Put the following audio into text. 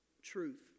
Truth